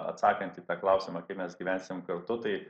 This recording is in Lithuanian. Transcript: atsakant į tą klausimą kaip mes gyvensim kartu tai